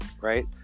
right